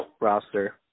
roster